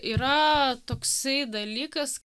yra toksai dalykas